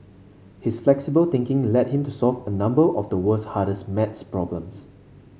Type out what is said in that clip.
his flexible thinking led him to solve a number of the world's hardest maths problems